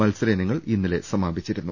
മത്സരയിനങ്ങൾ ഇന്നലെ സമാപിച്ചിരുന്നു